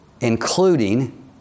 including